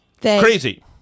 crazy